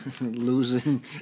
Losing